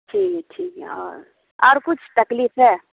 ٹھیک ٹھیک ہے اور اور کچھ تکلیف ہے